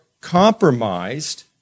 compromised